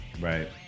Right